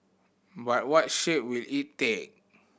but what shape will it take